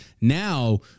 Now